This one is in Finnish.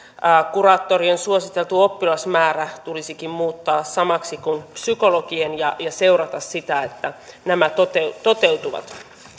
kuraattorien suositeltu oppilasmäärä tulisikin muuttaa samaksi kuin psykologien ja seurata sitä että nämä toteutuvat